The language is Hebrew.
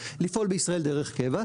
לפעול בישראל דרך קבע,